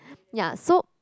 ya so